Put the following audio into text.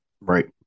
right